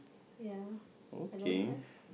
ya I don't have